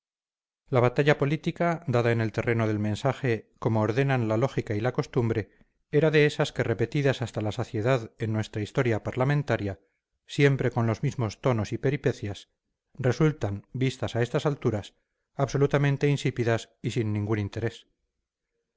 la batalla política dada en el terreno del mensaje como ordenan la lógica y la costumbre era de esas que repetidas hasta la saciedad en nuestra historia parlamentaria siempre con los mismos tonos y peripecias resultan vistas a estas alturas absolutamente insípidas y sin ningún interés